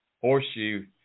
horseshoe